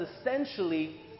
essentially